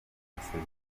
masezerano